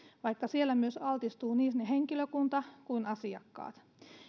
vaikka siellä myös altistuvat niin henkilökunta kuin asiakkaat